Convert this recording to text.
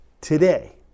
today